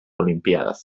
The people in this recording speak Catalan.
olimpíades